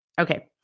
Okay